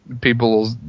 people